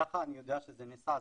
ככה אני יודע שזה נעשה,